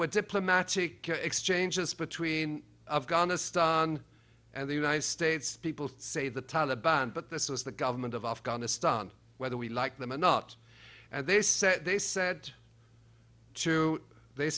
were diplomatic exchanges between afghanistan and the united states people say the taliban but this was the government of afghanistan whether we like them or not and they said they said to they